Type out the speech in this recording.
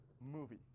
movie